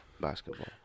basketball